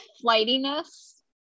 flightiness